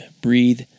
Breathe